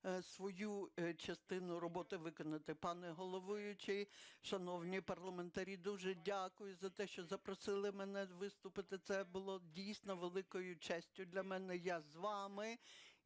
Пане головуючий, шановні парламентарі, дуже дякую за те, що запросили мене виступити, це було дійсно великою честю для мене. Я з вами,